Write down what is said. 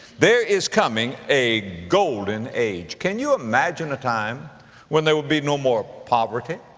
there is coming a golden age. can you imagine a time when there will be no more poverty?